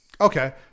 okay